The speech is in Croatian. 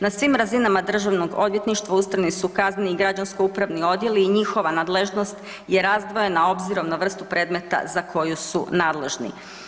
Na svim razinama državnog odvjetništva ustrojeni su kazneni, građansko-upravni odjeli i njihova nadležnost je razdvojena obzirom na vrstu predmeta za koju su nadležni.